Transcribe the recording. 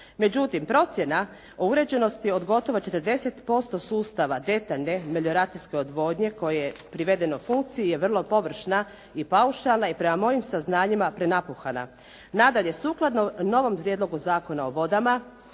Međutim, procjena o uređenosti od gotovo 40% sustava detaljne melioracijske odvodnje koje je privedeno funkciji je vrlo površna i paušalna i prema mojim saznanjima prenapuhana. Nadalje, sukladno novom Prijedlogu zakona o vodama,